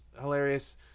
hilarious